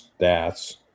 stats